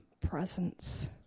presence